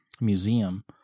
Museum